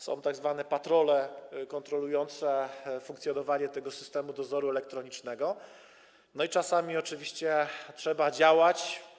Są tzw. patrole kontrolujące funkcjonowanie systemu dozoru elektronicznego, no i czasami oczywiście trzeba działać.